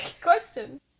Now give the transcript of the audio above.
question